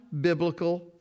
biblical